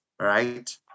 right